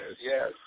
Yes